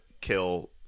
kill